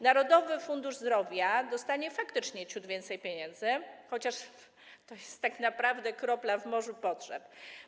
Narodowy Fundusz Zdrowia dostanie faktycznie ciut więcej pieniędzy, chociaż to jest tak naprawdę kropla w morzu potrzeb.